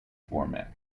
format